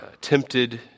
tempted